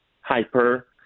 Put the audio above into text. hyper